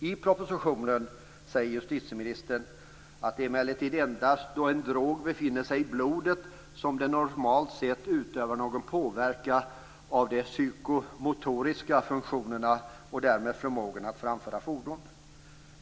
I propositionen säger justitieministern att det emellertid endast är då en drog befinner sig i blodet som den normalt sett utövar någon påverkan på de psykomotoriska funktionerna och därmed förmågan att framföra fordon.